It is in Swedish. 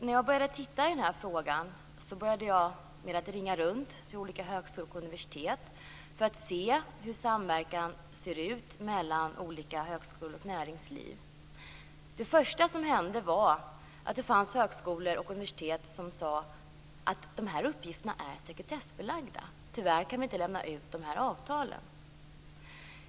När jag började titta på den här frågan ringde jag först runt till olika högskolor och universitet för att se hur samverkan mellan olika högskolor och näringslivet ser ut. Det första som hände var att en del högskolor och universitet sade: De här uppgifterna är sekretessbelagda. Tyvärr kan vi inte lämna ut de här avtalen.